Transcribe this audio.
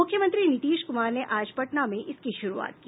मुख्यमंत्री नीतीश कुमार ने आज पटना में इसकी शुरूआत की